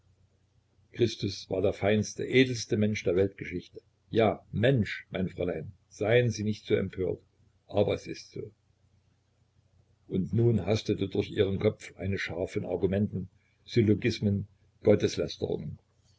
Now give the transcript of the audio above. christus war der feinste edelste mensch der weltgeschichte ja mensch mein fräulein seien sie nicht so empört aber es ist so und nun hastete durch ihren kopf eine schar von argumenten syllogismen gotteslästerungen